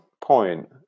point